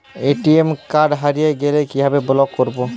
ATM card হারিয়ে গেলে কিভাবে ব্লক করবো?